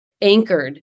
anchored